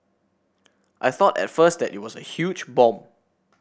I thought at first that it was a huge bomb